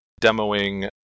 demoing